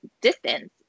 distance